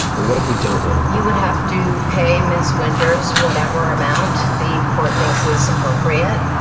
what if we don't win? you would have to pay miss winters whatever amount the court thinks is appropriate.